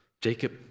Jacob